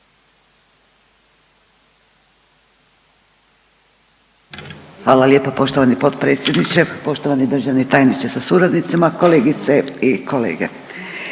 Hvala lijepa. Poštovani potpredsjedniče HS-a, poštovana državna tajnice, kolegice i kolege.